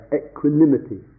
equanimity